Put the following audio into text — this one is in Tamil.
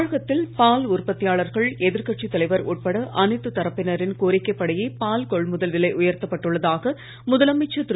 தமிழகத்தில் பால் உற்பத்தியாளர்கள் எதிர்கட்சித் தலைவர் உட்பட அனைத்துத் தரப்பினரின் கோரிக்கைப் படியே பால் கொள்முதல் விலை உயர்த்தப் பட்டுள்ளதாக முதலமைச்சர் திரு